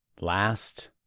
Last